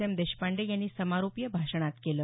M Deshpande यांनी समारोपीय भाषणात केलं